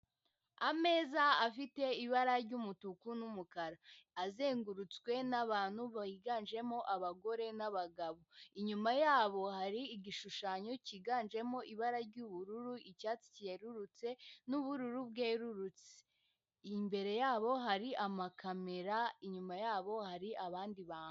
Ameza afite ibara ry'umutuku n'umukara, azengurutswe n'abantu biganjemo abagore n'abagabo. Inyuma yabo hari igishushanyo cyiganjemo ibara ry'ubururu, icyatsi cyerurutse, n'ubururu bwerurutse. Imbere yabo hari amakamera, inyuma yabo hari abandi bantu.